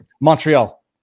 Montreal